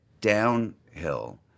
downhill